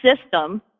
system